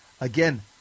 again